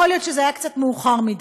יכול להיות שזה היה קצת מאוחר מדי.